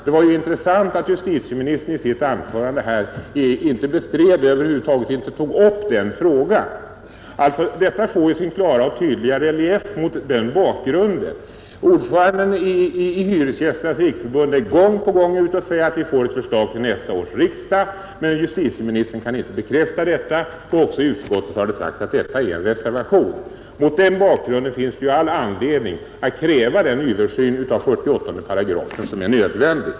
Det var intressant att justitieministern i sitt anförande här över huvud taget inte tog upp den frågan. Detta får sin klara och tydliga relief mot denna bakgrund: ordföranden i Hyresgästernas riksförbund säger gång på gång att vi får förslag till nästa års riksdag, men justitieministern kan inte bekräfta det, och även i utskottet har det sagts att detta är en illusion. Mot den bakgrunden finns det all anledning att kräva den översyn av 48 § som är nödvändig.